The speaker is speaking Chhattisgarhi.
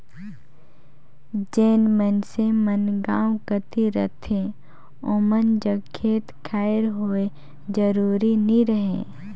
जेन मइनसे मन गाँव कती रहथें ओमन जग खेत खाएर होए जरूरी नी रहें